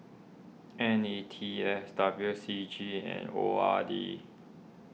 N E T S W C G and O R D